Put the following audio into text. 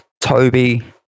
toby